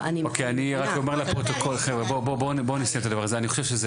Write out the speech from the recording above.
אני רק אומר לפרוטוקול, אני חושב שזה